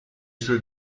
sue